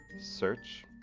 search.